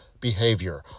behavior